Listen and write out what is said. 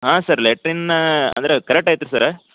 ಹಾಂ ಸರ್ ಲ್ಯಾಟ್ರಿನ್ನ ಅಂದ್ರೆ ಕರಟ್ ಆಗ್ತದ್ ಸರ್ರ